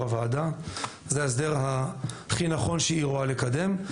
הוועדה הוא ההסדר הכי נכון שהיא רואה לקדם,